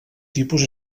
tipus